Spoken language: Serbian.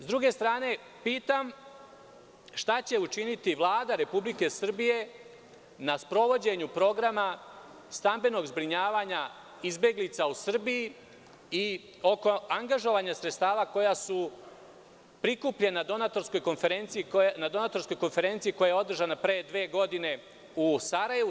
S druge strane, pitam šta će učiniti Vlada Republike Srbije na sprovođenju Programa stambenog zbrinjavanja izbeglica u Srbiji i oko angažovanja sredstava koja su prikupljena na donatorskoj konferenciji koja je održana pre dve godine u Sarajevu?